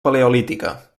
paleolítica